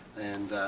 and